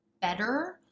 better